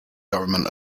government